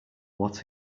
what